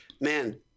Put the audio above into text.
man